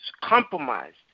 compromised